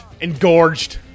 Engorged